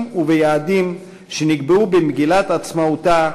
וביעדים שנקבעו במגילת העצמאות שלה,